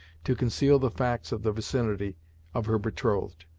to conceal the facts of the vicinity of her betrothed,